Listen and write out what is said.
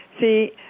See